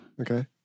Okay